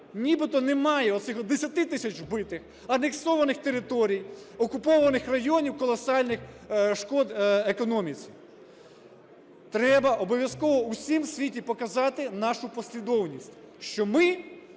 нібито немає оцих-от 10 тисяч вбитих, анексованих територій, окупованих районів, колосальних шкод економіці. Треба обов'язково усім в світі показати нашу послідовність, що ми